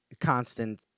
constant